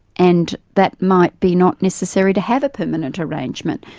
and that might be not necessary to have a permanent arrangement.